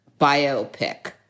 biopic